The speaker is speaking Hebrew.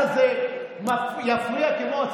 רוצה לקרוא לה